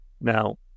now